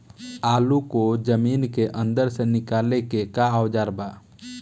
आलू को जमीन के अंदर से निकाले के का औजार बा?